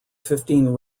fifteen